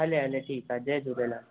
हले हले ठीक आहे जय झूलेलाल